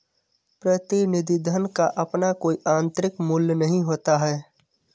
प्रतिनिधि धन का अपना कोई आतंरिक मूल्य नहीं होता है